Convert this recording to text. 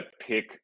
pick